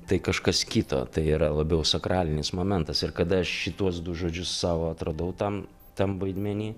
tai kažkas kito tai yra labiau sakralinis momentas ir kada aš šituos du žodžius savo atradau tam tam vaidmeny